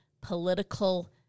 political